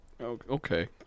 Okay